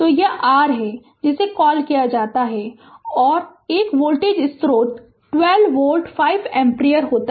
Refer Slide Time 2615 तो यह r है जिसे कॉल किया जाता है और 1 वोल्टेज स्रोत 12 वोल्ट 5 एम्पीयर होता है